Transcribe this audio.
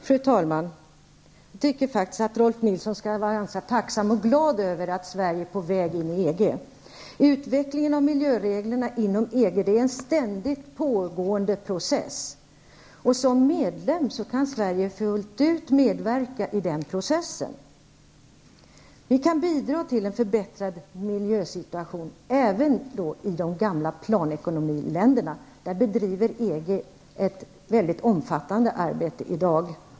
Fru talman! Jag tycker faktiskt att Rolf L Nilson skall vara ganska tacksam och glad över att Sverige är på väg in i EG. Utvecklingen av miljöreglerna inom EG är en ständigt pågående process. Som medlem kan Sverige fullt ut medverka i den processen. Vi kan bidra till en förbättrad miljösituation även i de gamla planekonomiländerna. Där bedriver EG ett mycket omfattande arbete i dag.